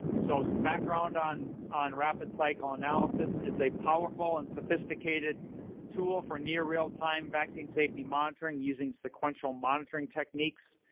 so, some background on on rapid cycle analysis, it's a powerful and sophisticated tool for near real time vaccine safety monitoring using sequential monitoring techniques.